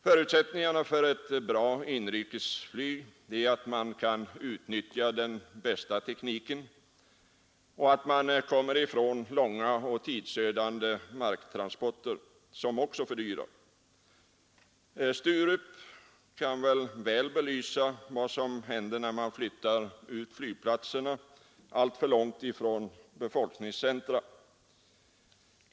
Förutsättningarna för ett bra inrikesflyg är att man kan utnyttja den bästa tekniken och att man kommer ifrån långa och tidsödande marktransporter som också fördyrar. Sturup kan belysa vad som händer när man flyttar ut flygplatserna alltför långt från befolkningscentra.